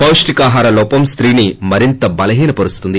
పాష్టికాహార లోపం స్తీన్ మరింత బలహీన పరుస్తుంది